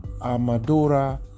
Amadora